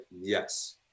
yes